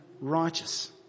righteous